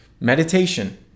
meditation